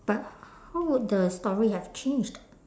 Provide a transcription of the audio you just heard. but how would the story have changed